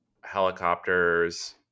helicopters